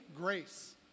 grace